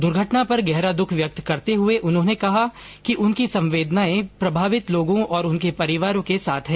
द्र्घटना पर गहरा दुख व्यक्त करते हुए उन्होंने कहा कि उनकी संवेदनाएं प्रभावित लोगों और उनके परिवार के साथ है